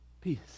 peace